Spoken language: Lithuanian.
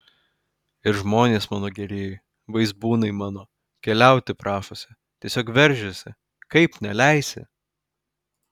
ir žmonės mano gerieji vaizbūnai mano keliauti prašosi tiesiog veržiasi kaip neleisi